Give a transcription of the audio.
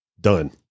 Done